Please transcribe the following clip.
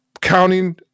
Counting